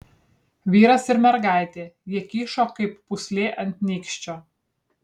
vyras ir mergaitė jie kyšo kaip pūslė ant nykščio